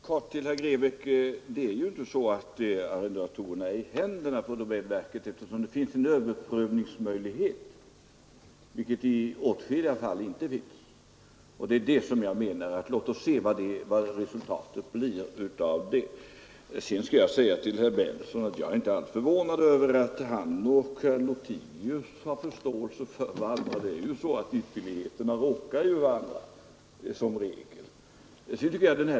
Fru talman! Bara några ord till herr Grebäck. Det är ju inte så att arrendatorerna är i händerna på domänverket eftersom det finns en överprövningsmöjlighet, vilket i åtskilliga andra fall inte finns. Jag menar alltså att vi bör se vad resultatet blir av detta. Sedan skall jag säga till herr Berndtson att jag inte alls är förvånad över att han och herr Lothigius har förståelse för varandra. Ytterligheterna råkar ju varandra som regel.